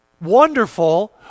wonderful